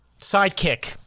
Sidekick